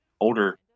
older